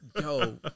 Yo